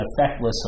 effectless